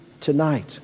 tonight